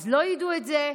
אז לא ידעו את זה,